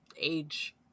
age